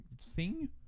Sing